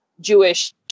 Jewish